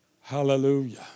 Hallelujah